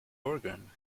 organ